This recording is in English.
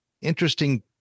interesting